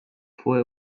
fue